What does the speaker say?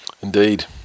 Indeed